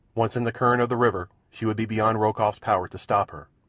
once in the current of the river she would be beyond rokoff's power to stop her,